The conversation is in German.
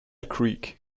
creek